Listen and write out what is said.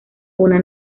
una